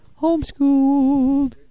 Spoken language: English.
Homeschooled